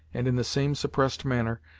and in the same suppressed manner,